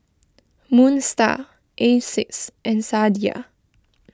Moon Star Asics and Sadia